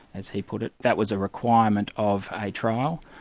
as he put it, that was a requirement of a trial,